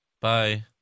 Bye